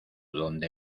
donde